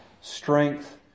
strength